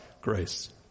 grace